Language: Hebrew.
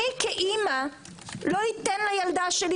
אני כאמא לא אתן לילדה שלי,